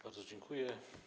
Bardzo dziękuję.